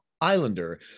Islander